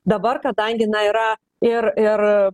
dabar kadangi na yra ir ir